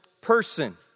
person